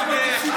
חמש?